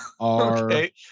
Okay